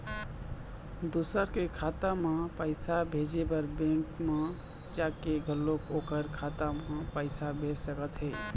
दूसर के खाता म पइसा भेजे बर बेंक म जाके घलोक ओखर खाता म पइसा भेज सकत हे